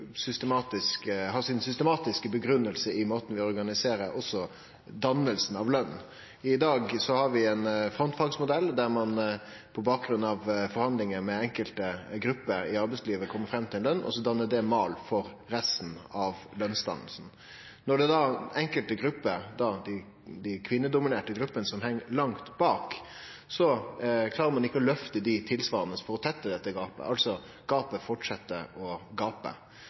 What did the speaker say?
måten vi organiserer lønsdanninga på. I dag har vi ein frontfagmodell, der ein på bakgrunn av forhandlingar med enkelte grupper i arbeidslivet kjem fram til ei løn. Så dannar dette mal for resten av lønsdanninga. Ein klarer ikkje å løfte enkelte grupper som er kvinnedominerte og tilsvarande ligg langt bak, for å tette dette gapet. Gapet fortset å